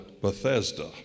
Bethesda